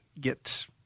get